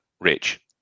Rich